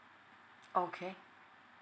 okay